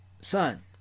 son